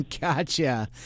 Gotcha